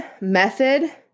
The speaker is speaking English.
method